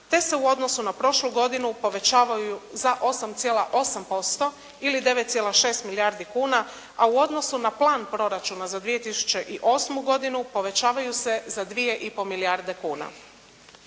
te se u odnosu na prošlu godinu povećavaju za 8,8% ili 9,6 milijardi kuna, a u odnosu na plan proračuna za 2008. godinu povećavaju se za 2,5 milijarde kuna.